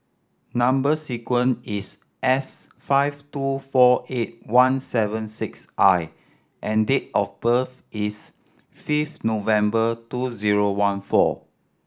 number sequence is S five two four eight one seven six I and date of birth is fifth November two zero one four